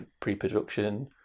pre-production